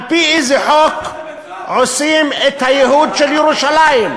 על-פי איזה חוק עושים את הייהוד של ירושלים?